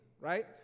right